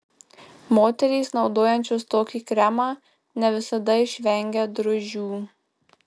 moterys naudojančios tokį kremą ne visada išvengia drūžių